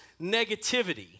negativity